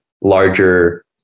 larger